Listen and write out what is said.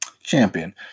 Champion